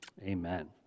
Amen